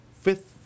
fifth